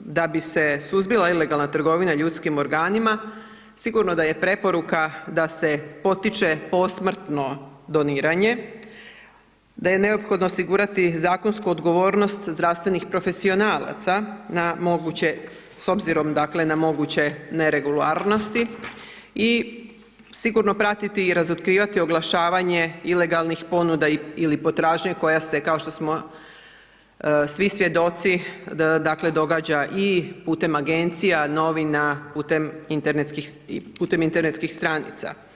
da bi se suzbila ilegalna trgovina ljudskim oranima, sigurno da je preporuka da se potiče posmrtno doniranje, da je neophodno osigurati zakonsku odgovornost zdravstvenih profesionalaca na moguće, s obzirom dakle na moguće neregularnosti i sigurno pratiti i razotkrivati oglašavanje ilegalnih ponuda ili potražnje koje se kao što smo svi svjedoci dakle događa i putem agencija, novina, putem internetskih, putem internetskih stranica.